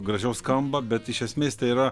gražiau skamba bet iš esmės tai yra